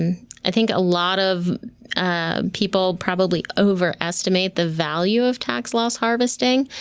i think a lot of people probably overestimate the value of tax-loss harvesting.